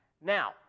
Now